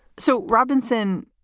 so, robinson,